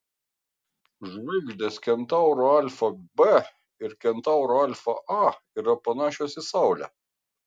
žvaigždės kentauro alfa b ir kentauro alfa a yra panašios į saulę